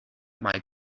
might